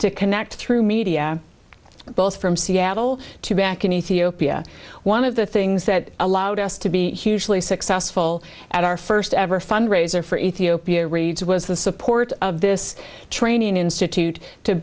to connect through media both from seattle to back in ethiopia one of the things that allowed us to be hugely successful at our first ever fundraiser for ethiopia reads was the support of this training institute to